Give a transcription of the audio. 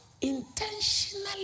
intentionally